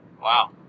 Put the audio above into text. Wow